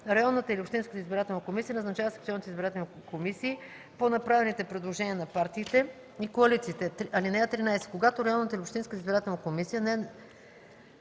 районната или общинската избирателна комисия назначава секционните избирателни комисии по направените предложения на партиите и коалициите. (13) Когато районната или общинската избирателна комисия